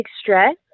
stress